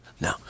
No